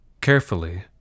Carefully